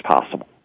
possible